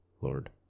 Lord